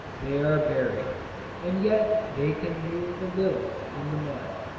they are buried and yet they can move a little in the mud!